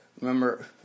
remember